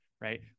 right